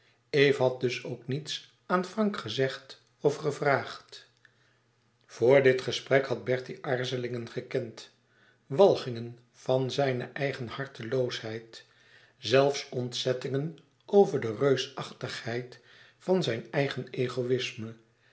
eve had dus ook niets aan frank gezegd of gevraagd vor dit gesprek had bertie aarzelingen gekend walgingen van zijne eigen harteloosheid zelfs ontzettingen over de reusachtigheid van zijn eigen egoïsme